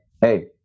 hey